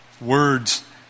words